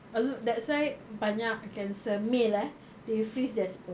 a lo~ that's why banyak cancer male ah they freeze their sperm